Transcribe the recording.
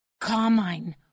Carmine